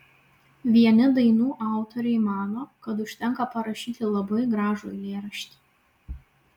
vieni dainų autoriai mano kad užtenka parašyti labai gražų eilėraštį